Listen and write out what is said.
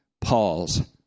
Paul's